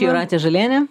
jūratė žalienė